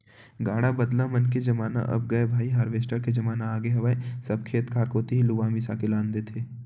गाड़ा बदला मन के जमाना अब गय भाई हारवेस्टर के जमाना आगे हवय सब खेत खार कोती ही लुवा मिसा के लान देथे